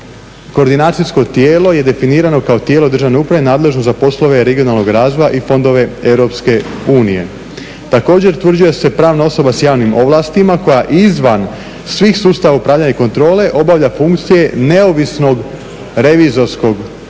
Koordinacijsko tijelo je definirano kao tijelo državne uprave nadležno za poslove regionalnog razvoja i fondove Europske unije. Također utvrđuje se pravna osoba sa javnim ovlastima koja izvan svih sustava upravljanja i kontrole obavlja funkcije neovisnog revizijskog tijela